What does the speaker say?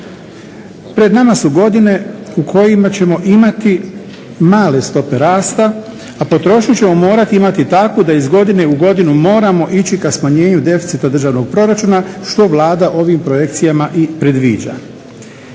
Pred nama su godine u kojima ćemo imati male stope rasta, a potrošnju ćemo morati imati takvu da iz godine u godinu moramo ići k smanjenju deficita državnog proračuna što Vlada ovim projekcijama i predviđa.